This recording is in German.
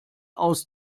aus